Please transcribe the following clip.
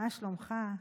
מה שלומך?